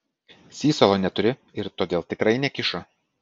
sysalo neturi ir todėl tikrai nekišo